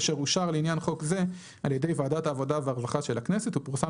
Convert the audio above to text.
אשר אושר לעניין חוק זה על ידי ועדת העבודה והרווחה של הכנסת ופורסם